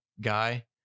guy